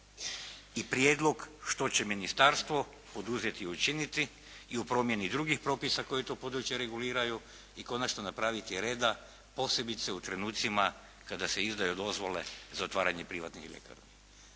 i prijedlog što će ministarstvo poduzeti i učiniti i u promjeni drugih propisa koje to područje reguliraju i konačno napraviti reda posebice u trenucima kada se izdaju dozvole za otvaranje privatnih ljekarni.